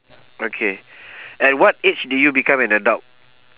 okay at what age did you become an adult